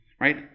right